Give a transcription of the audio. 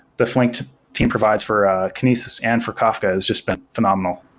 the flink team provides for kinesis and for kafka has just been phenomenal.